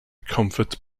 comfort